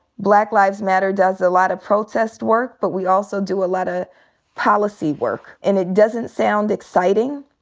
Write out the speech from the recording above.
black lives matter does a lotta protest work. but we also do a lotta policy work. and it doesn't sound exciting.